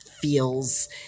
feels